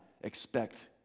expect